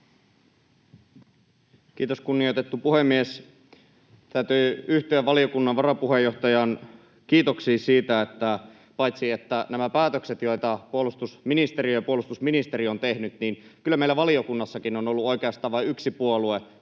Kiitos, kunnioitettu puhemies! Täytyy yhtyä valiokunnan varapuheenjohtajan kiitoksiin päätöksistä, joita puolustusministeriö ja puolustusministeri ovat tehneet, mutta kyllä meillä valiokunnassakin on ollut oikeastaan vain yksi puolue,